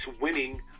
winning